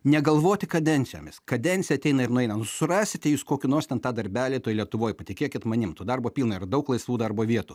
negalvoti kadencijomis kadencija ateina ir nueina nu surasite jūs kokį nors ten tą darbelį toj lietuvoj patikėkit manim to darbo pilna yra daug laisvų darbo vietų